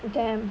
damn